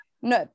No